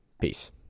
Peace